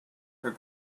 her